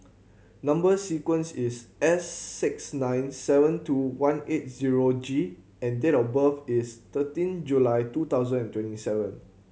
number sequence is S six nine seven two one eight zero G and date of birth is thirteen July two thousand and twenty seven